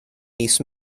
mis